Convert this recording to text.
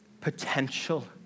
potential